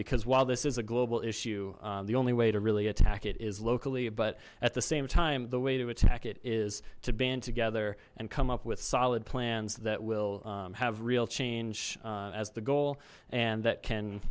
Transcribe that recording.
because while this is a global issue the only way to really attack it is locally but at the same time the way to attack it is to band together and come up with solid plans that will have real change as the goal and that can